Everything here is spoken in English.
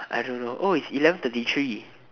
I don't know oh it's eleven thirty three